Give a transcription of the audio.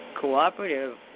cooperative